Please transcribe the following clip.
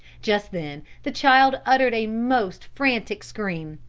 just then the child uttered a most frantic scream.